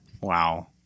Wow